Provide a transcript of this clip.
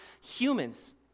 humans